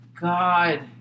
God